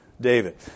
David